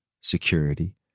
security